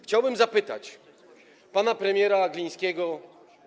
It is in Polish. Chciałbym zapytać pana premiera Glińskiego.